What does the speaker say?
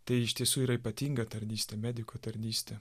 tai iš tiesų yra ypatinga tarnystė mediko tarnystė